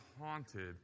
haunted